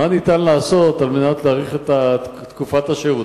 מה ניתן לעשות על מנת להאריך את תקופת השהות?